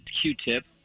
Q-tip